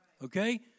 Okay